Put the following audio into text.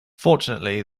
fortunately